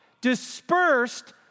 dispersed